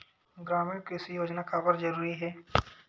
ग्रामीण कृषि योजना काबर जरूरी हे?